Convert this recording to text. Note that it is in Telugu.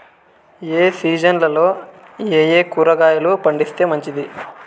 ఏ సీజన్లలో ఏయే కూరగాయలు పండిస్తే మంచిది